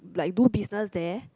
like do business there